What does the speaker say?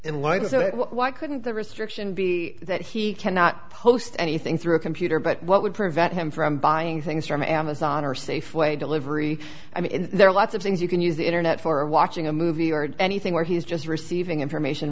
it why couldn't the restriction be that he cannot post anything through a computer but what would prevent him from buying things from amazon or safeway delivery i mean there are lots of things you can use the internet for watching a movie or anything where he is just receiving information